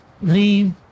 leave